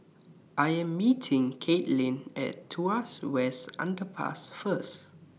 I Am meeting Caitlynn At Tuas West Underpass First